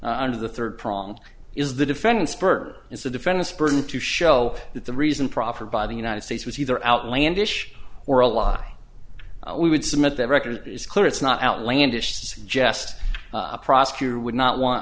under the third prong is the defendant's berber it's the defendant's burden to show that the reason proffered by the united states was either outlandish or a law we would submit that record is clear it's not outlandish suggest a prosecutor would not want